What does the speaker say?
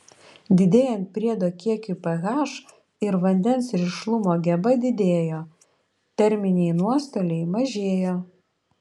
didėjant priedo kiekiui ph ir vandens rišlumo geba didėjo terminiai nuostoliai mažėjo